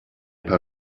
paar